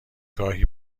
گاهی